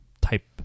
type